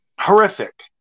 Horrific